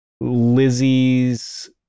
Lizzie's